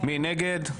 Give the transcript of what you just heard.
מי נגד?